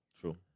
True